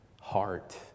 heart